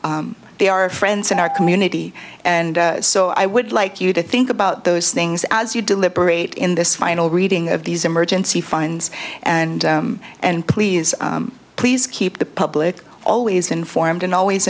they are friends in our community and so i would like you to think about those things as you deliberate in this final reading of these emergency fines and and please please keep the public always informed and always